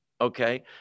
okay